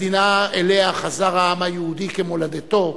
מדינה שאליה חזר העם היהודי, כמולדתו,